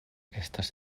estas